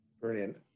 Brilliant